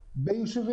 שבהן ביקרנו,